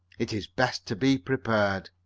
it is best to be prepared.